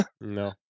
No